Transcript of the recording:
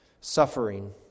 suffering